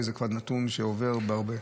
וזה נתון שעובר בהרבה.